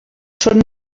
són